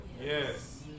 Yes